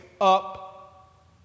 up